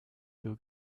still